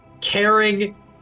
caring